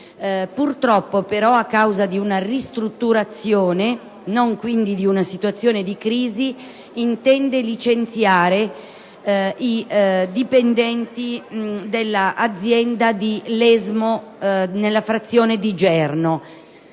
Purtroppo, però, a causa di una ristrutturazione, e non quindi di una situazione di crisi, intende licenziare i dipendenti dell'azienda che operano nella sede